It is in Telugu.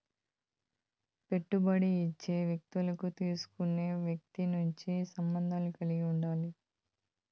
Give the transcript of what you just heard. పెట్టుబడి ఇచ్చే వ్యక్తికి తీసుకునే వ్యక్తి మంచి సంబంధాలు కలిగి ఉండాలి